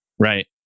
Right